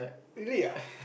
really ah